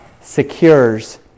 secures